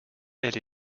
elle